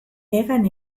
hegan